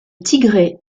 tigré